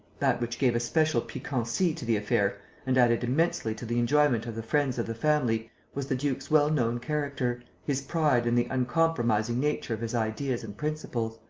that which gave a special piquancy to the affair and added immensely to the enjoyment of the friends of the family was the duke's well-known character his pride and the uncompromising nature of his ideas and principles.